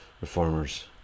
reformers